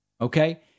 Okay